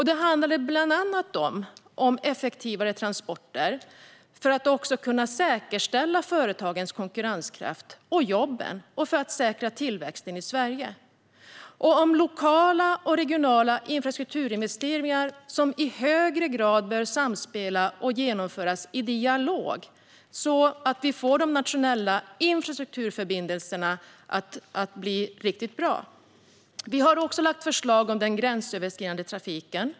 Det handlade bland annat om effektivare transporter för att kunna säkerställa företagens konkurrenskraft, säkerställa jobben och säkra tillväxten i Sverige samt om lokala och regionala infrastrukturinvesteringar som i högre grad bör samspela och genomföras i dialog, så att vi får de nationella infrastrukturförbindelserna att bli riktigt bra. Vi har lagt fram förslag om den gränsöverskridande trafiken.